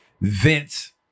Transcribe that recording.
vince